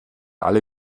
alle